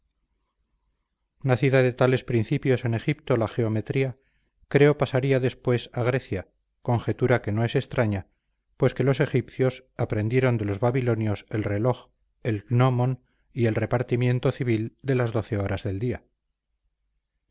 restaba nacida de tales principios en egipto la geometría creo pasaría después a grecia conjetura que no es extraña pues que los griegos aprendieron de los babilonios el reloj el gnomon y el repartimiento civil de las doce horas del día